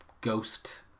ghost